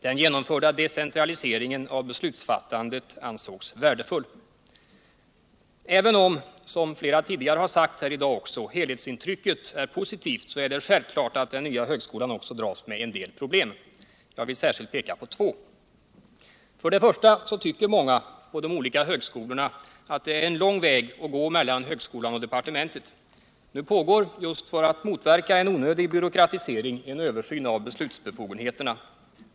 Den genomförda decentraliseringen av beslutsfattandet ansågs värdefull. Även om helhetsintrycket — som flera talare här har sagt — är positivt, är det självklart att den nya högskolan också dras med en del problem. Jag vill särskilt peka på två. För det första tycker många på de olika högskolorna att det är en lång väg att gå mellan högskolan och departementet. Nu pågår — just för att motverka en onödig byråkratisering — en översyn av beslutsbefogenheterna.